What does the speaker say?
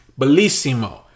bellissimo